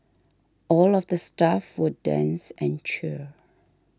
all of the staff will dance and cheer